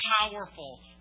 powerful